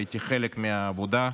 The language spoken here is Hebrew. שהייתי חלק מהעבודה עליו,